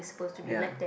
ya